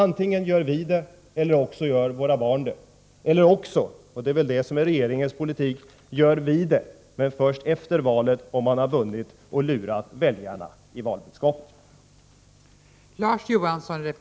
Antingen gör vi det, eller också gör våra barn det, eller också — det är detta som är regeringens politik — gör vi det men först efter valet om man har vunnit och lurat väljarna i valbudskapet.